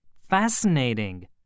Fascinating